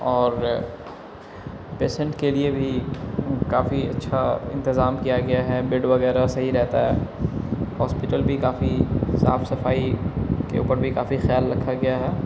اور پیسنٹ کے لیے بھی کافی اچھا انتظام کیا گیا ہے بیڈ وغیرہ صحیح رہتا ہے ہاسپٹل بھی کافی صاف صفائی کے اوپر بھی کافی خیال رکھا گیا ہے